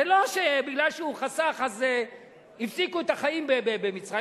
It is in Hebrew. זה לא שמפני שהוא חסך, הפסיקו את החיים במצרים.